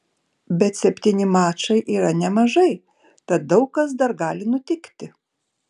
bet septyni mačai yra nemažai tad daug kas dar gali nutikti